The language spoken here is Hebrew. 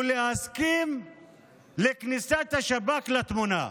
ולהסכים לכניסת השב"כ לתמונה.